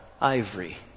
Ivory